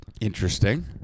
Interesting